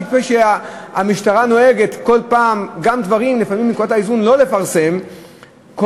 כפי שהמשטרה נוהגת לפעמים לא לפרסם דברים,